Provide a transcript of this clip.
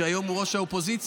שהיום הוא ראש האופוזיציה,